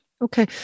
Okay